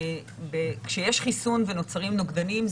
כשיש חיסון ונוצרים נוגדנים,